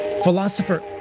Philosopher